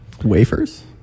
Wafers